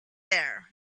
there